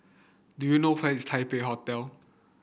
do you know where is Taipei Hotel